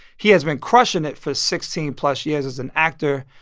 he has been crushing it for sixteen plus years as an actor.